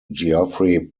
geoffrey